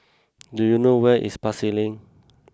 do you know where is Pasar Lane